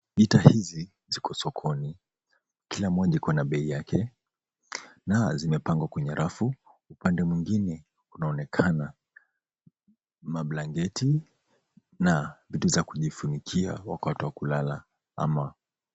Gitaa hizi ziko sokoni. Kila moja iko na bei yake na zimepangwa kwenye rafu. Upande mwingine kunaonekana mablanketi na vitu za kujifunikia wakati wa kulala.